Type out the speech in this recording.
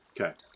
Okay